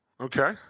Okay